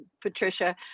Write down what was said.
Patricia